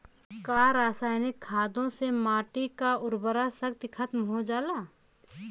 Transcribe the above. का रसायनिक खादों से माटी क उर्वरा शक्ति खतम हो जाला?